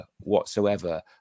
whatsoever